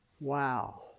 Wow